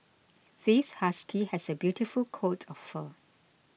this husky has a beautiful coat of fur